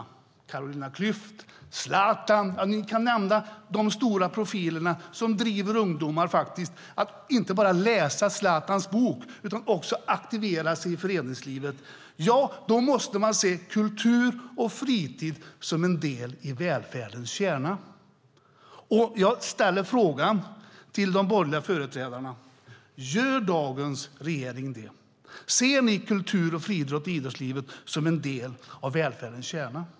Det kan vara Carolina Klüft, Zlatan eller någon av de andra stora profilerna som driver ungdomar att inte bara läsa Zlatans bok utan också aktivera sig i föreningslivet. Då måste man se kultur och fritid som en del i välfärdens kärna. Jag ställer frågan till de borgerliga företrädarna: Gör regeringen det? Ser ni kultur, fritid och idrottslivet som en del av välfärdens kärna?